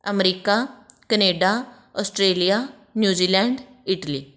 America Canada Australia New Zealand Italy